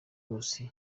bose